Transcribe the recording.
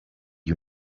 you